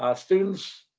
ah students,